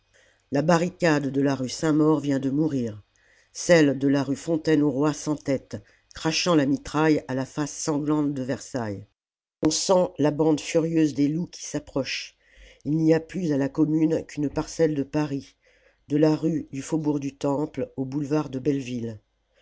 la barricade de la rue saint-maur vient de mourir celle de la rue fontaine au roi s'entête crachant la mitraille à la face sanglante de versailles on sent la bande furieuse des loups qui s'approchent il n'y a plus à la commune qu'une parcelle de paris de la rue du faubourg du temple au boulevard de belleville